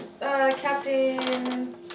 Captain